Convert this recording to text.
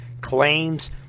claims